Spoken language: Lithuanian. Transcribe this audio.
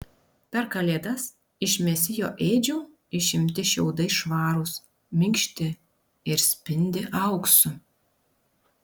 per kalėdas iš mesijo ėdžių išimti šiaudai švarūs minkšti ir spindi auksu